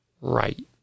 right